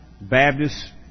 Baptist